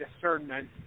discernment